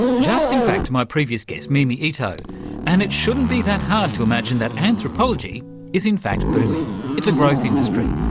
just think back to my previous guest mimi ito and it shouldn't be that hard to imagine that anthropology is in fact booming, it's a growth industry.